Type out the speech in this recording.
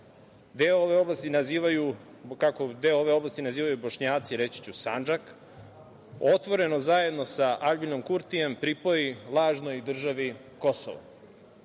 deo ove oblasti nazivaju Bošnjaci Sandžak, otvoreno, zajedno sa Albinom Kurtijem, pripoji lažnoj državi Kosovo.